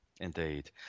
Indeed